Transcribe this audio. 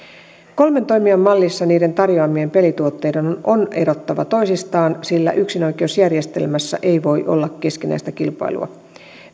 kolmen toimijan mallissa niiden tarjoamien pelituotteiden on erottava toisistaan sillä yksinoikeusjärjestelmässä ei voi olla keskinäistä kilpailua